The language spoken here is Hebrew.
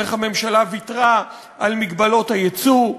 איך הממשלה ויתרה על מגבלות היצוא,